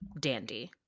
dandy